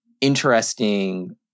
interesting